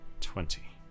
Twenty